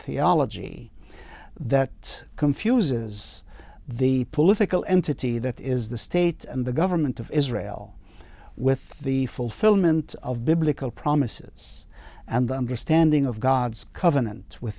theology that confuses the political entity that is the state and the government of israel with the fulfillment of biblical promises and understanding of god's covenant with